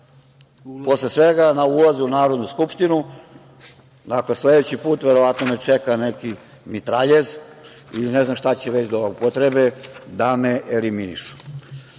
posle svega, na ulazu u Narodnu skupštinu. Dakle, sledeći put verovatno me čeka neki mitraljez ili ne znam šta će već da upotrebe da me eliminišu. Što